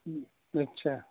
اچھا